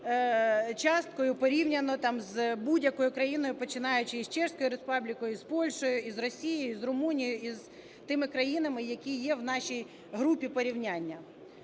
часткою порівняно там з будь-якою країною, починаючи із Чеською Республікою, із Польщею, з Росією, із Румунією, із тими країнами, які є в нашій групі порівняння.